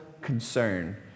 concern